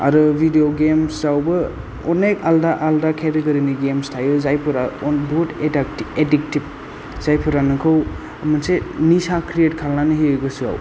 आरो भिदिय' गेम्सावबो अनेख आलदा आलदा केटेगरिनि गेम्स थायो जायफोरा अन बहुद एदा एदिक्टिभ जायफोरा नोंखौ मोनसे निसा क्रियेट खालामनानै होयो गोसोआव